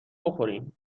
بخوریم